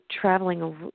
traveling